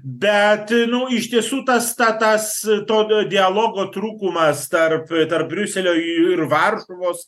bet nu iš tiesų tas ta tas to dialogo trūkumas tarp tarp briuselio ir varšuvos